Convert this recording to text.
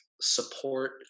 support